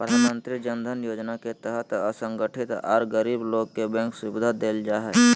प्रधानमंत्री जन धन योजना के तहत असंगठित आर गरीब लोग के बैंक सुविधा देल जा हई